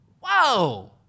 Whoa